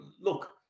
Look